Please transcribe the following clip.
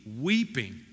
weeping